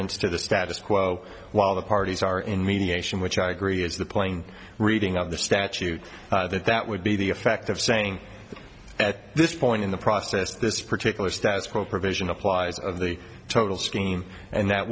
the status quo while the parties are in mediation which i agree is the playing reading of the statute that that would be the effect of saying that at this point in the process this particular status quo provision applies of the total scheme and that